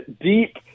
deep